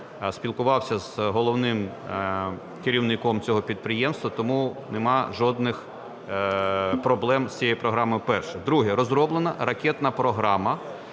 спілкувався з головним керівником цього підприємства. Тому нема жодних проблем з цією програмою. Перше. Друге. Розроблена ракетна програма,